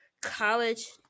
college